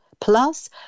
Plus